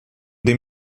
dem